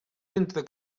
entre